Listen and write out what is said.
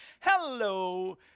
hello